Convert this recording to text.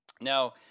Now